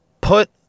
put